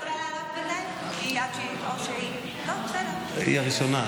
היא הראשונה.